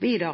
videre: